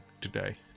today